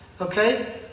Okay